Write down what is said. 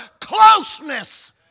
Closeness